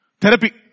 Therapy